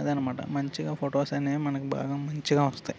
అది అన్నమాట మంచిగా ఫొటోస్ అనేవి మనకి బాగా మంచిగా వస్తాయి